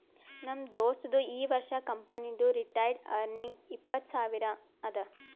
ನಮ್ ದೋಸ್ತದು ಈ ವರ್ಷ ಕಂಪನಿದು ರಿಟೈನ್ಡ್ ಅರ್ನಿಂಗ್ ಇಪ್ಪತ್ತು ಸಾವಿರ ಅದಾ